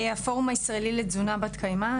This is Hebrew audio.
הפורום הישראלי לתזונה בת קיימא,